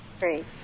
Great